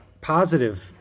positive